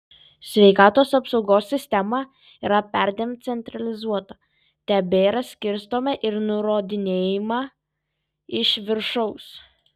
sveikatos apsaugos sistema yra perdėm centralizuota tebėra skirstoma ir nurodinėjama iš viršaus